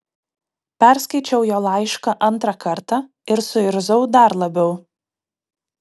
perskaičiau jo laišką antrą kartą ir suirzau dar labiau